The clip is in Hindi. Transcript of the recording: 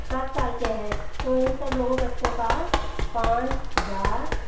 सात साल के हैं तो इन सब लोगों बच्चों का पाँच हज़ार